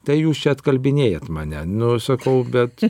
tai jūs čia atkalbinėjat mane nu sakau bet